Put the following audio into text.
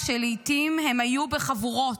ולעיתים הם היו בחבורות,